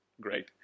great